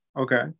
Okay